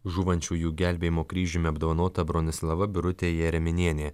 žūvančiųjų gelbėjimo kryžiumi apdovanota bronislava birutė jereminienė